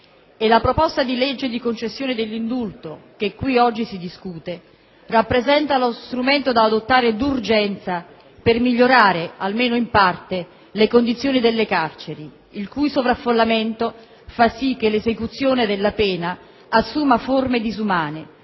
e la proposta di legge di concessione dell'indulto, che qui oggi si discute, rappresenta lo strumento da adottare d'urgenza per migliorare, almeno in parte, le condizioni delle carceri, il cui sovraffollamento fa sì che l'esecuzione della pena assuma forme disumane,